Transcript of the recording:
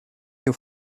your